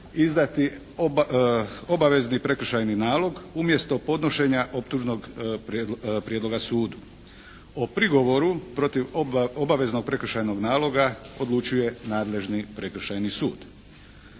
izdati obavezni prekršajni nalog umjesto podnošenja optužnog prijedloga sudu. O prigovoru protiv obaveznog prekršajnog naloga odlučuje nadležni prekršajni sud.